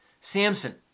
Samson